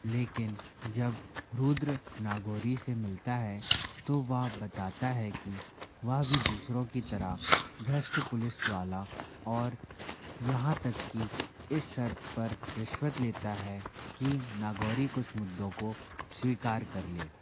लेकिन जब रुद्र नागौरी से मिलता है तो वह बताता है कि वह भी दूसरों की तरह भ्रष्ट पुलिस वाला और यहाँ तक कि इस शर्त पर रिश्वत लेता है कि नागौरी कुछ मुद्दों को स्वीकार कर ले